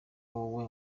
wowe